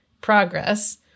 progress